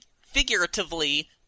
figuratively